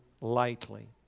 lightly